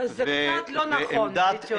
אז זה קצת לא נכון, הייתי אומרת.